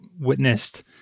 Witnessed